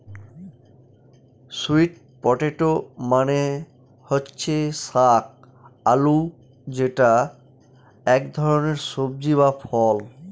sweet potato মানে হচ্ছে শাক আলু যেটা এক ধরনের সবজি বা ফল